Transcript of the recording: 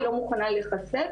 היא לא מוכנה להיחשף,